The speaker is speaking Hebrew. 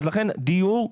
לכן דיור,